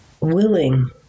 willing